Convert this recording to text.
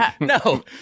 No